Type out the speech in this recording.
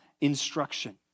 instruction